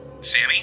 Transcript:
Sammy